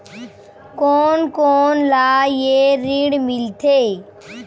कोन कोन ला ये ऋण मिलथे?